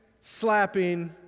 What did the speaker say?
slapping